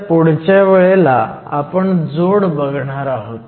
तर पुढच्या वेळेला आपण जोड बघणार आहोत